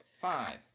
five